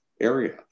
area